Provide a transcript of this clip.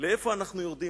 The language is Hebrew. לאיפה אנחנו יורדים?